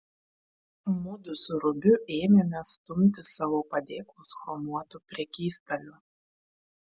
mudu su rubiu ėmėme stumti savo padėklus chromuotu prekystaliu